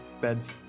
beds